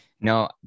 no